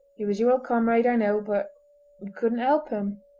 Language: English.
he was your old comrade, i know, but you couldn't help him.